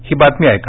ही बातमी ऐका